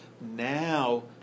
Now